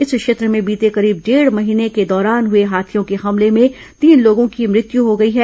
इस क्षेत्र में बीते करीब डेढ़ महीने के दौरान हुए हाथियों के हमले में तीन लोगों की मृत्यू हो गई है